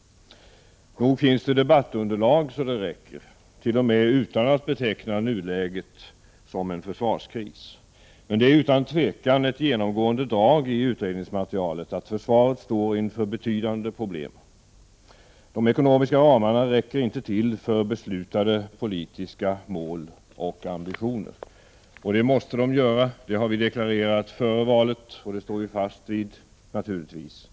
Nog finns det debattunderlag så det räcker, t.o.m. utan att behöva beteckna nuläget som en försvarskris. Men det är utan tvivel ett genomgående drag i utredningsmaterialet att försvaret står inför betydande problem. De ekonomiska ramarna räcker inte till för beslutade politiska mål och ambitioner. Men det måste de göra, det har vi deklarerat före valet och det står vi naturligtvis fast vid.